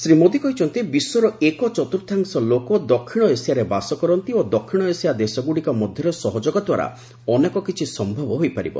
ଶ୍ରୀ ମୋଦୀ କହିଛନ୍ତି ବିଶ୍ୱର ଏକଚତୁର୍ଥାଂଶ ଲୋକ ଦକ୍ଷିଣ ଏସିଆରେ ବାସ କରନ୍ତି ଓ ଦକ୍ଷିଣ ଏସିଆ ଦେଶଗୁଡ଼ିକ ମଧ୍ୟରେ ସହଯୋଗ ଦ୍ୱାରା ଅନେକ କିଛି ସମ୍ଭବ ହୋଇପାରିବ